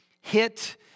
hit